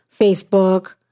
Facebook